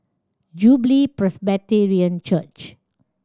Jubilee Presbyterian Church